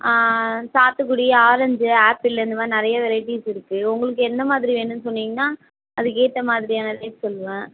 சாத்துக்குடி orange apple இந்த மாதிரி நிறைய வெரைட்டிஸ் இருக்குது உங்களுக்கு எந்த மாதிரி வேணும்ன்னு சொன்னிங்கன்னால் அதுக்கேற்ற மாதிரியான ரேட் சொல்லுவேன்